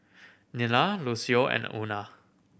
Nila Lucio and Una